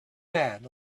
man